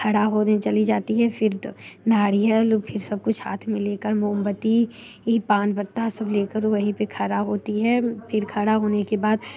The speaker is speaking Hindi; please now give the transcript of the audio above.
खड़ा होने चली जाती है फिर तो नारियल फिर सब कुछ हाथ में लेकर मोमबत्ती इ पान पत्ता सब लेकर वहीं पे खड़ा होती हैं फिर खड़ा होने के बाद